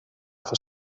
for